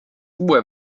uue